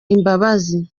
imbabazi